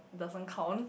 doesn't count